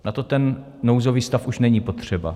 Na to ten nouzový stav už není potřeba.